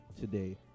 today